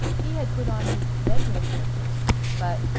he had put on his bed-room slippers but,